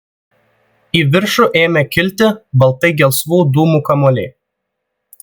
į viršų ėmė kilti baltai gelsvų dūmų kamuoliai